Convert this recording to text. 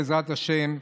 בעזרת השם,